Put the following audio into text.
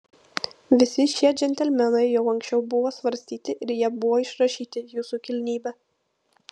visi šie džentelmenai jau anksčiau buvo svarstyti ir jie buvo išrašyti jūsų kilnybe